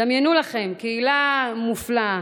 דמיינו לכם קהילה מופלאה,